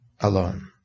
alone